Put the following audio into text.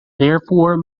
therefore